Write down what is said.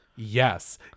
yes